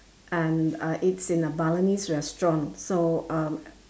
and uh it's in a Balinese restaurant so um